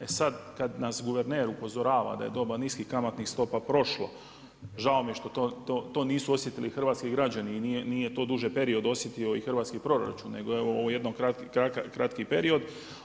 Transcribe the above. E sada kada nas guverner upozorava da je doba niskih kamatnih stopa prošlo, žao mi je što to nisu osjetili hrvatski građani i nije to duži period osjetio i hrvatski proračun nego je evo ovo jedan kratki period.